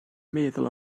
meddwl